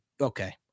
Okay